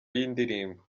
y’indirimbo